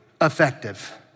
effective